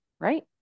right